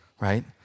Right